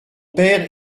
père